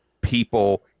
people